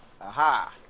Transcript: Aha